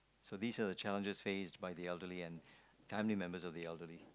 so these are the challenges faced by the elderly and timely members of the elderly